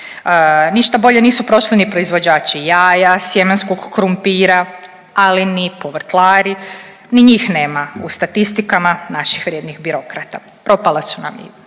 Ništa bolje nisu prošli ni proizvođači jaja, sjemenskog krumpira, ali ni povrtlari ni njih nema u statistikama naših vrijednih birokrata. Propala su nam i